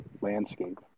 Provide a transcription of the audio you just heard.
Landscape